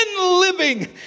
living